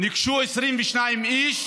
ניגשו 22 איש,